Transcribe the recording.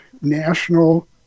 national